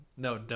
No